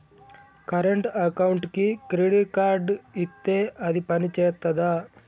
Current అకౌంట్కి credit card ఇత్తే అది పని చేత్తదా?